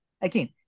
again